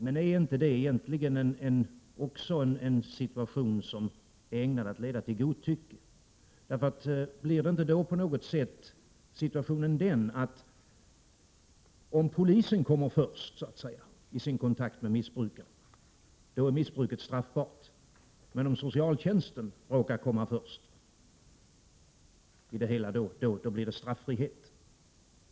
Men är inte det egentligen en situation som är ägnad att leda till godtycke? Blir det inte så, att om polisen kommer först när det gäller kontakten med missbrukaren, blir missbruket straffbart, men om socialtjänsten råkar komma först, då blir det straffrihet?